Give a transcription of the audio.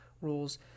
rules